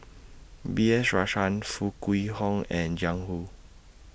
B S Rajhans Foo Kwee Horng and Jiang Hu